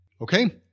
okay